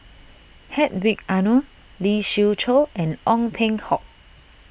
Hedwig Anuar Lee Siew Choh and Ong Peng Hock